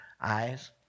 eyes